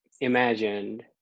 imagined